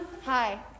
Hi